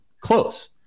close